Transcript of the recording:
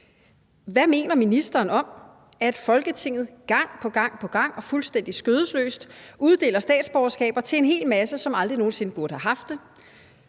Hvad mener ministeren om, at Folketinget gang på gang på gang og fuldstændig skødesløst uddeler statsborgerskaber til en hel masse, som aldrig nogen sinde burde have haft det?